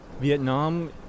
Vietnam